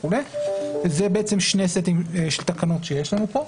זה שני סטים של תקנות שיש לנו פה,